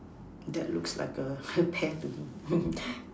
that looks like a pear to me